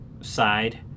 side